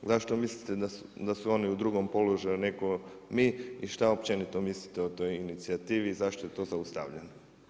Zašto mislite da su oni u drugom položaju nego mi i što općenito mislite o toj inicijativi i zašto je to zaustavlja.